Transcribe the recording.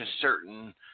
certain